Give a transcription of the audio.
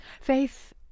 Faith